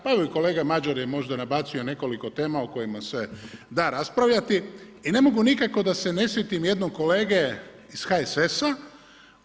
Pa evo i kolega Mađar je možda nabacio nekoliko tema o kojima se da raspravljati i ne mogu nikako da se ne sjetim jednog kolege iz HSS-a.